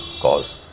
cause